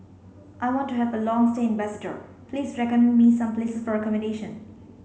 I want to have a long stay in Basseterre please recommend me some place for accommodation